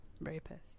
rapist